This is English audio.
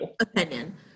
Opinion